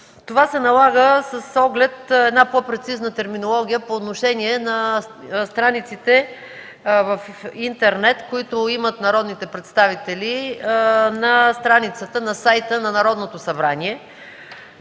Това се налага с оглед на по-прецизна терминология по отношение на страниците в интернет, които имат народните представители на страницата, на сайта на Народното събрание.